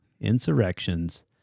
Insurrection's